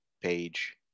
page